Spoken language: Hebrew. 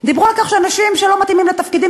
דיברו על כך שאנשים שלא מתאימים לתפקידים